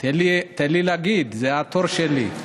תן לי להגיד, זה התור שלי.